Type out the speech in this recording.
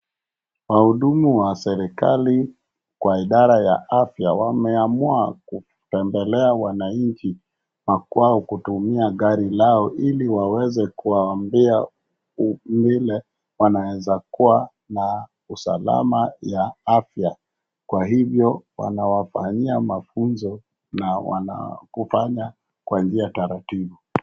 Wahudumu wa serekali kwa idara ya afya wameamua kutembelea wananchi wa kwao kutumia gari lao ili waweze kuwaambia vile wanaweza kuwa na usalama ya afya kwa hivyo wanawafanyia mafunzo na kufanya kwa njia taratibu.